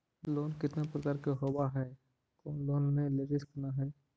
Loan कितना प्रकार के होबा है कोन लोन लेब में रिस्क न है?